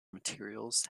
materials